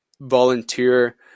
volunteer